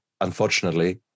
unfortunately